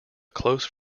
close